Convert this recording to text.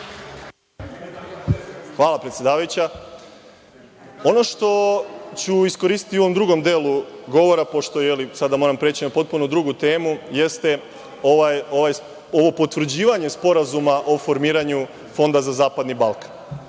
Hvala, predsedavajuća. Ono što ću iskoristiti u ovom drugom delu govora, pošto sada moram preći na potpuno drugu temu, jeste ovo potvrđivanje Sporazuma o formiranju Fonda za zapadni Balkan.